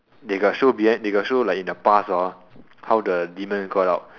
they got show behind they got show like in the past hor how the demon got out